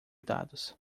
dados